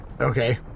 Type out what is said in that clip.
Okay